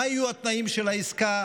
מה יהיו התנאים של העסקה,